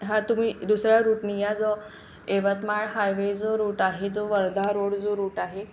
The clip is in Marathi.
हां तुम्ही दुसऱ्या रुटनी या जो यवतमाळ हायवे जो रूट आहे जो वर्धा रोड जो रूट आहे